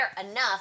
enough